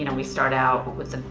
you know we start out with.